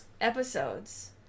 ...episodes